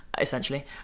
Essentially